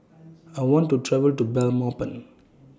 I want to travel to Belmopan